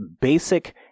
basic